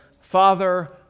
Father